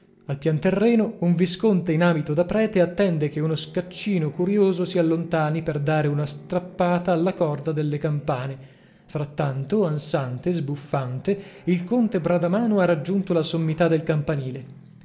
al pian terreno un visconte in abito da prete attende che uno scaccino curioso si allontani per dare una strappata alla corda delle campane frattanto ansante sbuffante il conte bradamano ha raggiunto la sommità del campanile